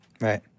Right